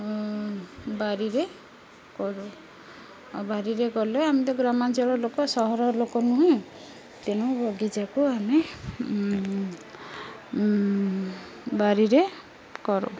ବାରିରେ କରୁ ଆଉ ବାରିରେ କଲେ ଆମେ ତ ଗ୍ରାମାଞ୍ଚଳର ଲୋକ ସହର ଲୋକ ନୁହେଁ ତେଣୁ ବଗିଚାକୁ ଆମେ ବାରିରେ କରୁ